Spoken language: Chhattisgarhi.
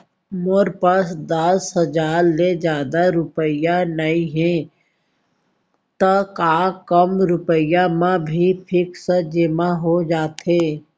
मोर पास दस हजार ले जादा रुपिया नइहे त का कम रुपिया म भी फिक्स जेमा हो जाथे?